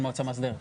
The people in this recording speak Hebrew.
מועצה מהסדרת.